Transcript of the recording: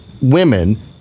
women